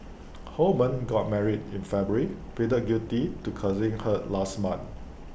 Holman got married in February pleaded guilty to causing hurt last month